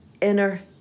inner